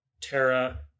Tara